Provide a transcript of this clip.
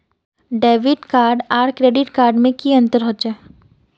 Debit card आर credit card में की अंतर होचे?